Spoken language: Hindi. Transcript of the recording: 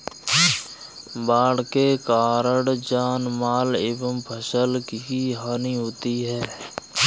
बाढ़ के कारण जानमाल एवं फसल की हानि होती है